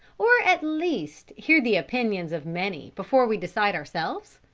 or, at least, hear the opinions of many before we decide ourselves?